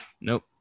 nope